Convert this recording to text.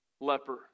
leper